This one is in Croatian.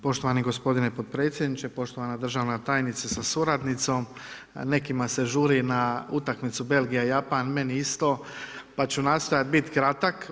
Poštovani gospodine potpredsjedniče, poštovana državna tajnice sa suradnicom, nekima se žuri na utakmicu Belgija-Japan, meni isto, pa ću nastojati biti kratak.